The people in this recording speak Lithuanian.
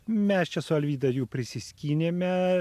mes čia su alvyda jų prisiskynėme